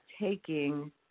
taking